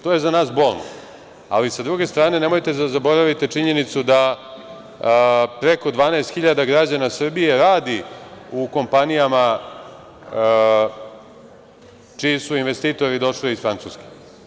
To je za nas bolno, ali, sa druge strane nemojte da zaboravite činjenicu da preko 12.000 građana Srbije radi u kompanijama čiji su investitori došli iz Francuske.